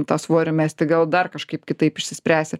tą svorį mesti gal dar kažkaip kitaip išsispręsi